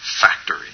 factory